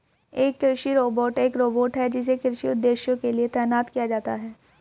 एक कृषि रोबोट एक रोबोट है जिसे कृषि उद्देश्यों के लिए तैनात किया जाता है